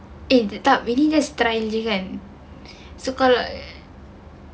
eh tetap really just try aje kan so kalau